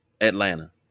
Atlanta